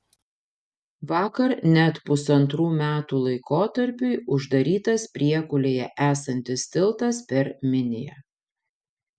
vakar net pusantrų metų laikotarpiui uždarytas priekulėje esantis tiltas per miniją